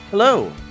Hello